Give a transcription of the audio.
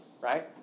right